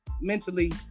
mentally